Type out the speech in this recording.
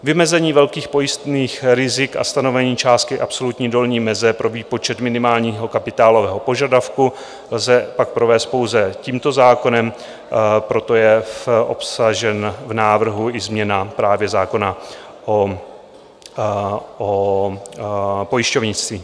Vymezení velkých pojistných rizik a stanovení částky absolutní dolní meze pro výpočet minimálního kapitálového požadavku lze pak provést pouze tímto zákonem, proto je obsažen v návrhu i změna právě zákona o pojišťovnictví.